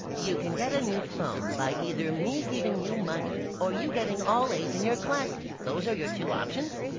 you can get a new phone by either me giving you money or you getting all a's in your classes. those are your two options?